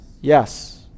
Yes